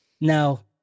Now